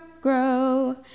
grow